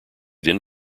then